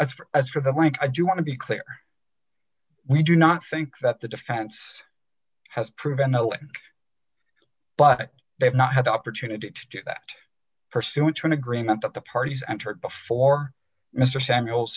as far as for the way i do want to be clear we do not think that the defense has proven owen but they have not had the opportunity to do that pursuant to an agreement that the parties entered before mr samuel